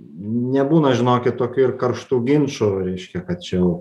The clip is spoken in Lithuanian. nebūna žinokit tokių ir karštų ginčų reiškia kad čia jau